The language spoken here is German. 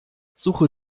suche